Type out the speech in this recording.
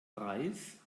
reis